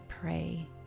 pray